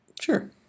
Sure